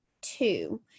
two